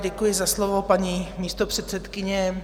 Děkuji za slovo, paní místopředsedkyně.